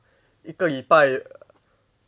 一个礼拜